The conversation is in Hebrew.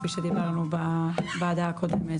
כפי שדיברנו בוועדה הקודמת,